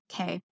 okay